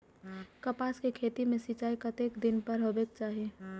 कपास के खेती में सिंचाई कतेक दिन पर हेबाक चाही?